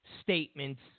statements